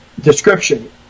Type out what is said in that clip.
description